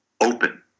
open